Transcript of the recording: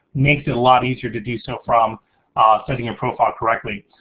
makes it a lot easier to do so from setting your profile correctly.